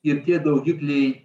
ir tie daugikliai